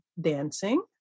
dancing